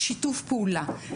שיתוף פעולה.